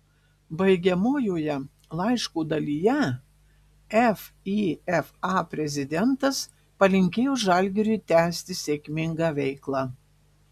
baigiamojoje laiško dalyje fifa prezidentas palinkėjo žalgiriui tęsti sėkmingą veiklą